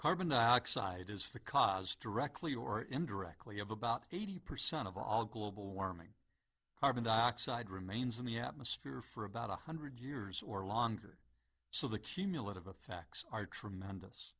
carbon dioxide is the cause directly or indirectly of about eighty percent of all global warming carbon dioxide remains in the atmosphere for about one hundred years or longer so the cumulative effects are tremendous